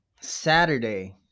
Saturday